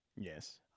Yes